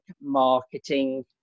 marketing